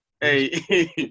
hey